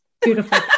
beautiful